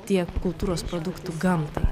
tiek kultūros produktų gamtai